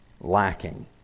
lacking